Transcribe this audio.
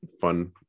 fun